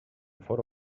fóra